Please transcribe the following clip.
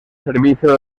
servicio